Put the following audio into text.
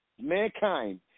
Mankind